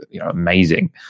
amazing